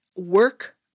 work